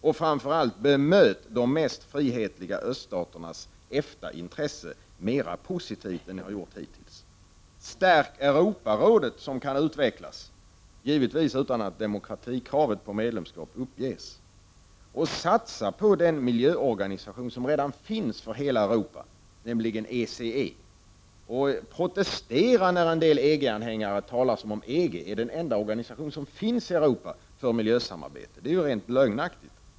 Och framför allt, bemöt de mest frihetliga öststaternas EFTA-intresse mer positivt än ni har gjort hittills! Stärk Europarådet, som kan utvecklas, givetvis utan att demokratikravet på medlemskap uppges. Och satsa på den miljöorganisation som redan finns för hela Europa, nämligen ECE, och protestera när EG-anhängare talar som om EG vore den enda organisation som finns i Europa för miljösamarbete. Det är direkt lögnaktigt.